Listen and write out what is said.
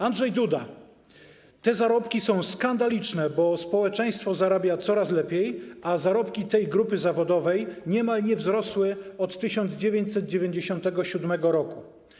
Andrzej Duda: Te zarobki są skandaliczne, bo społeczeństwo zarabia coraz lepiej, a zarobki tej grupy zawodowej nie wzrosły od 1997 r.